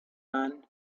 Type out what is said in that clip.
man